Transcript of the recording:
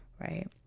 right